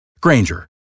Granger